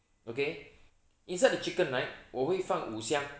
okay inside the chicken right 我会放五香